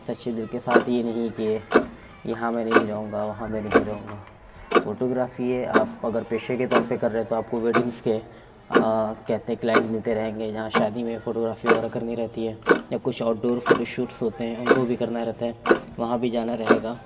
سچے دل کے ساتھ یہ نہیں کہ یہاں میں نہیں رہوں گا وہاں میں نہیں رہوں گا فوٹوگرافی یہ آپ اگر پیشے کے طور پر کر رہے ہیں تو آپ کو ویڈنگس کے کہتے ہیں کلائنٹ ملتے رہیں گے جہاں شادی میں فوٹوگرافی وغیرہ كرنی رہتی ہے یا كچھ آؤٹ ڈور فوٹو شوٹس ہوتے ہیں ان کو بھی کرنا رہتا ہے وہاں بھی جانا رہے گا